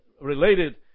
related